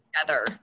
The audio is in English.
together